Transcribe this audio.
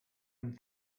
and